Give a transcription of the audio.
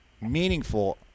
meaningful